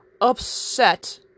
upset